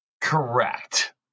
Correct